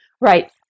Right